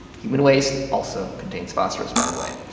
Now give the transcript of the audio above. human waste also contains phosphorus, by the way.